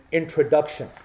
introduction